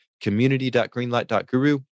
community.greenlight.guru